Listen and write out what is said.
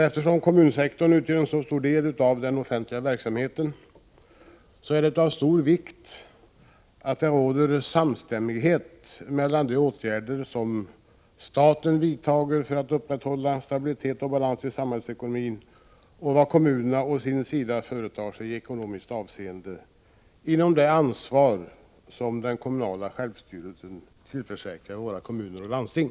Eftersom kommunsektorn utgör en så stor del av den offentliga verksamheten är det av stor vikt att det råder samstämmighet mellan de åtgärder som staten vidtar för att upprätthålla stabilitet och balans i samhällsekonomin och vad kommunerna å sin sida företar sig i ekonomiskt avseende inom ramen för det ansvar som den kommunala självstyrelsen tillförsäkrar kommuner och landsting.